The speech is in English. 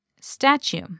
statue